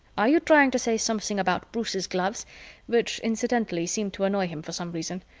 are you trying to say something about bruce's gloves which incidentally seem to annoy him for some reason.